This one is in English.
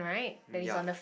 ya